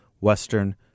Western